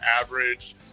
average